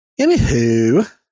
anywho